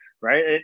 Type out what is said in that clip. Right